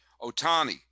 Otani